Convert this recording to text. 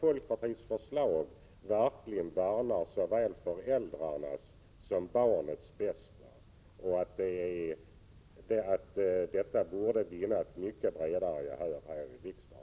Folkpartiets förslag värnar verkligen om såväl föräldrarnas som barnets bästa, och det borde vinna mycket bredare gehör i riksdagen.